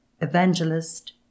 evangelist